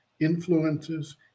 influences